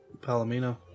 Palomino